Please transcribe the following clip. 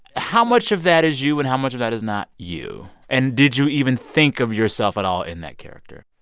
how much of that is you and how much of that is not you? and did you even think of yourself at all in that character?